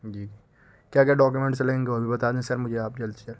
جی کیا کیا ڈاکومنٹس لگیں گے وہ بھی بتا دیں سر مجھے آپ جلد سے جلد